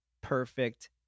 perfect